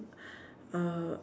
uh